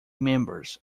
members